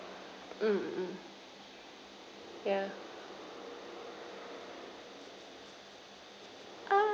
mm mm ya ah